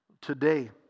Today